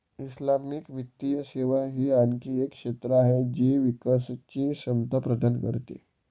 Islamic वित्तीय सेवा ही आणखी एक क्षेत्र आहे जी विकासची क्षमता प्रदान करते